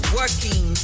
working